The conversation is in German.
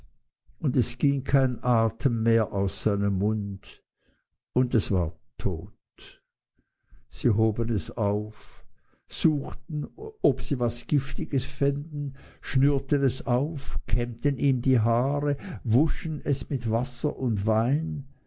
und es ging kein atem mehr aus seinem mund und es war tot sie hoben es auf suchten ob sie was giftiges fänden schnürten es auf kämmten ihm die haare wuschen es mit wasser und wein